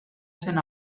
zen